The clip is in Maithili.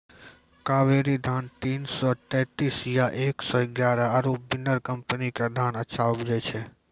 कावेरी धान तीन सौ तेंतीस या एक सौ एगारह आरु बिनर कम्पनी के धान अच्छा उपजै छै?